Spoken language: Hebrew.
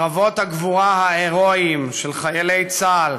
קרבות הגבורה ההרואיים של חיילי צה"ל